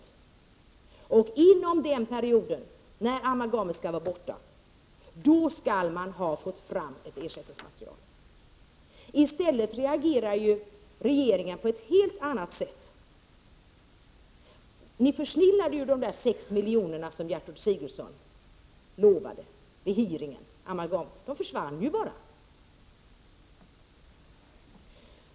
Inom perioden fram till den tidpunkt då amalgamet skall vara borta, skall man ha fått fram ett ersättningsmaterial. Regeringen reagerar i stället på ett helt annat sätt. Ni försnillade de sex miljoner som Gertrud Sigurdsen lovade vid hearingen om amalgam. De försvann ju bara!